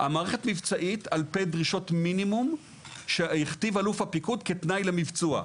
המערכת מבצעית על פי דרישות מינימום שהכתיב אלוף הפיקוד כתנאי למיבצוע.